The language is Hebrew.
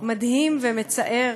בבקשה.